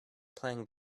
playing